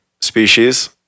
species